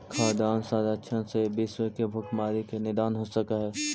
खाद्यान्न संरक्षण से विश्व के भुखमरी के निदान हो सकऽ हइ